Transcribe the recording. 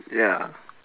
ya